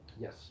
Yes